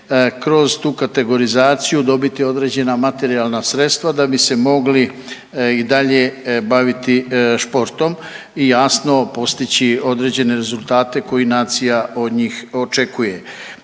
kroz tu kategorizaciju dobiti određena materijalna sredstva da bi se mogli i dalje baviti sportom i jasno postići određene rezultate koje nacija od njih očekuje.